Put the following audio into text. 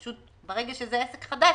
פשוט ברגע שזה עסק חדש,